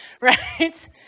right